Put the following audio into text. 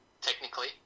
Technically